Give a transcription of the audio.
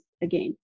again